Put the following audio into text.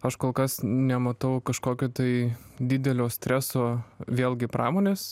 aš kol kas nematau kažkokio tai didelio streso vėlgi pramonės